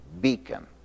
beacon